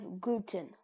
gluten